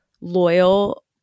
loyal